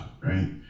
right